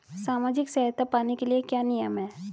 सामाजिक सहायता पाने के लिए क्या नियम हैं?